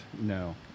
No